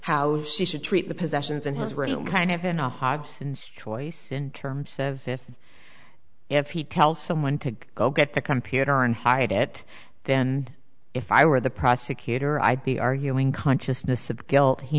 how she should treat the possessions in his room kind of in a hog and choice in terms of if he'd tell someone to go get the computer and hide it then if i were the prosecutor i'd be arguing consciousness of guilt he